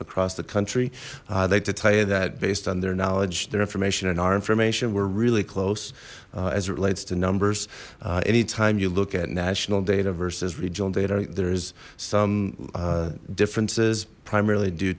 across the country i'd like to tell you that based on their knowledge their information and our information we're really close as it relates to numbers anytime you look at national data versus regional data there's some differences primarily d